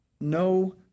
no